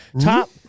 Top